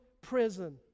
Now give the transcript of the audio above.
prison